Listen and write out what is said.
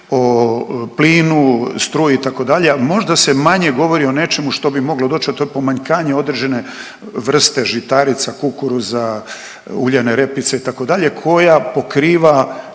o plinu, struji itd., a možda se manje govori o nečemu što bi moglo doć, a to je pomanjkanje određene vrste žitarica, kukuruza, uljane repice itd., koja pokriva